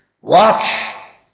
watch